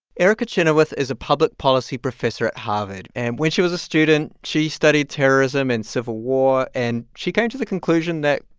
erica chenoweth is a public policy professor at harvard. and when she was a student, she studied terrorism and civil war. and she came to the conclusion that,